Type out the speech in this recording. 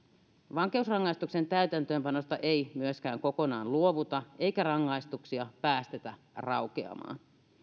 vankeusrangaistuksen täytäntöönpanosta ei myöskään kokonaan luovuta eikä rangaistuksia päästetä raukeamaan